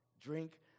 drink